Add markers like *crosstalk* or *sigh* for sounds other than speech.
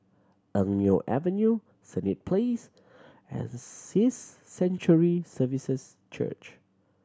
Eng Neo Avenue Senett Place and *unintelligible* Sanctuary Services Church